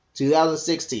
2016